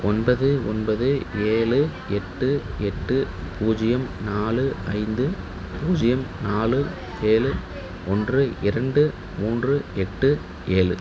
ஒன்பது ஒன்பது ஏழு எட்டு எட்டு பூஜ்ஜியம் நாளு ஐந்து பூஜ்ஜியம் நாலு ஏழு ஒன்று இரண்டு மூன்று எட்டு ஏழு